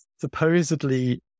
supposedly